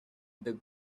the